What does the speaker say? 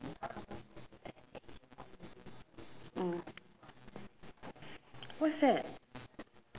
whi~ yishun eh but which part I also hear yishun got a few nice places ah ya but